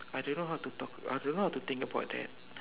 I don't know how to talk I don't know how to think about that